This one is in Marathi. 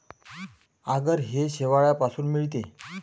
आगर हे शेवाळापासून मिळते